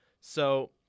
So-